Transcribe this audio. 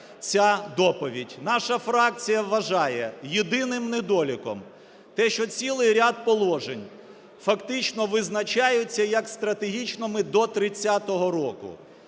Наша фракція вважає єдиним недоліком те, що цілий ряд положень фактично визначаються як стратегічними до 30-го року.